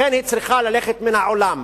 לכן היא צריכה ללכת מן העולם.